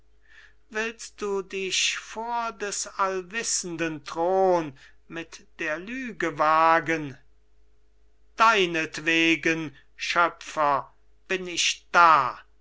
willst du dich vor des allwissenden thron mit der lüge wagen deinetwegen schöpfer bin ich da wenn